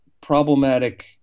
problematic